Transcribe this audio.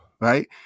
right